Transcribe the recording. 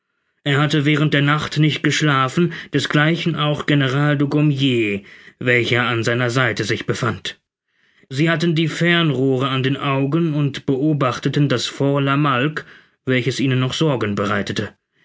er hatte während der nacht nicht geschlafen desgleichen auch general dugommier welcher an seiner seite sich befand sie hatten die fernrohre an den augen und beobachteten das fort la malgue welches ihnen noch sorgen bereitete